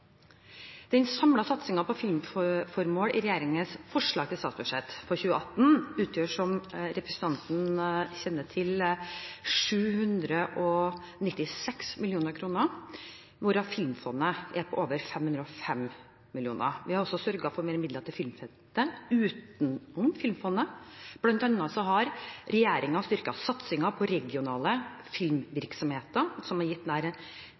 Den samlede satsingen på filmformål i regjeringens forslag til statsbudsjett for 2018 utgjør, som representanten kjenner til, 796 mill. kr, hvorav Filmfondet får over 505 mill. kr. Vi har også sørget for mer midler til filmfeltet, utenom Filmfondet. Blant annet har regjeringen styrket satsingen på regionale filmvirksomheter, som er gitt nær